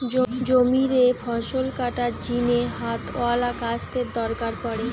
জমিরে ফসল কাটার জিনে হাতওয়ালা কাস্তের দরকার পড়ে